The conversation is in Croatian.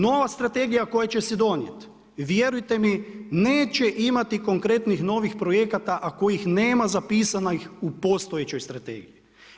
Nova strategija koja će se donijeti vjerujte mi neće imati konkretnih novih projekata, a kojih nema zapisanih u postojećoj strategiji.